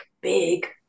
big